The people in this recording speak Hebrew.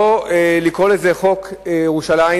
לא לקרוא לזה חוק ירושלים,